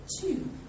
Two